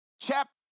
Chapter